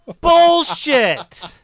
bullshit